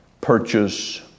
purchase